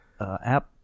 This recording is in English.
app